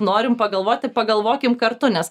norim pagalvoti pagalvokim kartu nes